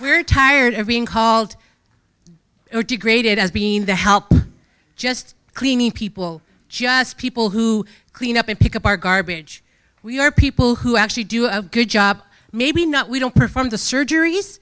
we're tired of being called or degraded as being the help just cleaning people just people who clean up and pick up our garbage we are people who actually do a good job maybe not we don't perform the surgeries